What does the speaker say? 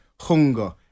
hunger